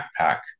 backpack